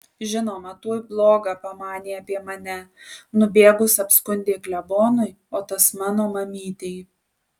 žinoma tuoj bloga pamanė apie mane nubėgus apskundė klebonui o tas mano mamytei